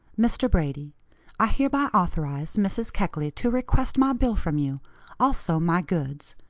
mr. brady i hereby authorize mrs. keckley to request my bill from you also my goods.